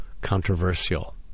controversial